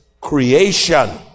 creation